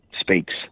speaks